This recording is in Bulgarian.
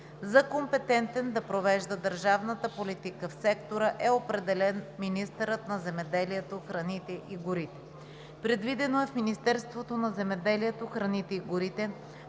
За компетентен да провежда държавната политика в сектора е определен министърът на земеделието, храните и горите. Предвидено е в Министерството на земеделието, храните и горите